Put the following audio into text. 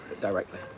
directly